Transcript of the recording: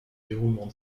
déroulement